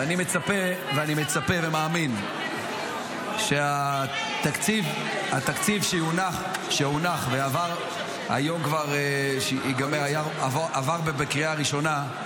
ואני מצפה ומאמין שהתקציב שהונח ועבר היום בקריאה ראשונה,